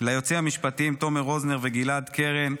ליועצים המשפטיים תומר רוזנר וגלעד קרן,